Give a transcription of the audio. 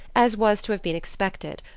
as was to have been expected.